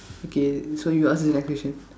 okay so you ask the next question